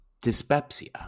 dyspepsia